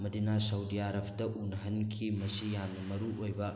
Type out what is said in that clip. ꯃꯗꯤꯅꯥ ꯁꯥꯎꯗꯤ ꯑꯥꯔꯐꯇ ꯎꯅꯍꯟꯈꯤ ꯃꯁꯤ ꯌꯥꯝꯅ ꯃꯔꯨ ꯑꯣꯏꯕ